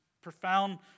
profound